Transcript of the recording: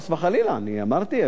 חס וחלילה, אני אמרתי?